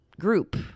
group